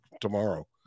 tomorrow